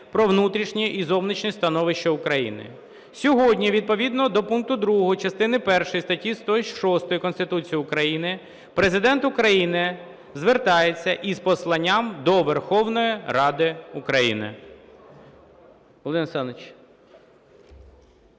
про внутрішнє і зовнішнє становище України. Сьогодні відповідно до пункту 2 частини першої статті 106 Конституції України Президент України звертається із Посланням до Верховної Ради України.